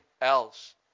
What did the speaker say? else